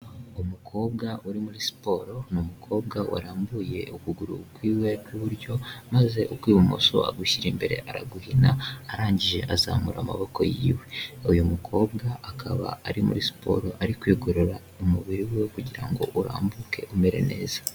Umukobwa uri muri siporo ni umukobwa warambuye ukuguru kw'iwe kw'iburyo maze ukw'ibumoso agushyira imbere araguhina arangije azamura amaboko yiwe. Uyu mukobwa akaba ari muri siporo ari kwigorora umubiri we kugira ngo urambuke umere neza.